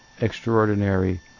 extraordinary